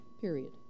period